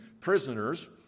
prisoners